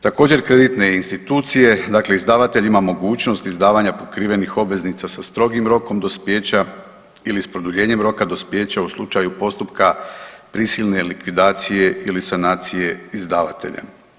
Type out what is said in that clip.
Također, kreditne institucije, dakle izdavatelj ima mogućnost izdavanja pokrivenih obveznica sa strogim rokom dospijeća ili s produljenjem roka dospijeća u slučaju postupka prisilne likvidacije ili sanacije izdavatelja.